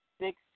six